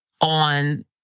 on